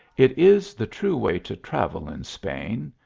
it is the true way to travel in srain.